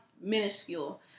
minuscule